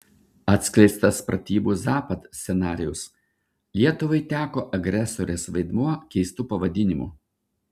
atskleistas pratybų zapad scenarijus lietuvai teko agresorės vaidmuo keistu pavadinimu